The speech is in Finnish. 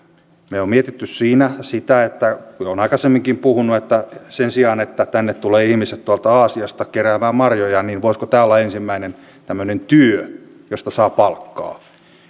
me olemme miettineet siinä sitä kuten olen aikaisemminkin puhunut että sen sijaan että tänne tulevat ihmiset tuolta aasiasta keräämään marjoja voisiko tämä olla ensimmäinen tämmöinen työ josta saa palkkaa